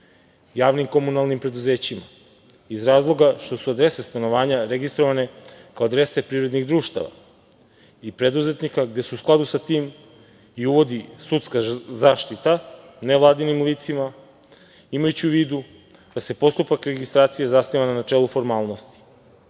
javnim komunalnim preduzećima, iz razloga što su adrese stanovanja registrovane kao adrese privrednih društava i preduzetnika, gde se u skladu sa tim i uvodi sudska zaštita nevladinim licima, imajući u vidu da se postupak registracije zasniva na načelu formalnosti. Danas